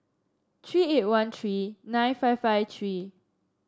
three eight one three nine five five three